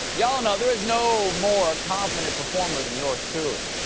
y'all know there is no more confident performer than yours truly.